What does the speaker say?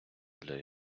для